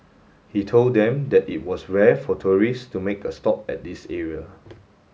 he told them that it was rare for tourists to make a stop at this area